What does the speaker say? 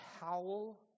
howl